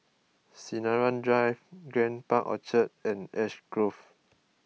Sinaran Drive Grand Park Orchard and Ash Grove